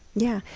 yeah.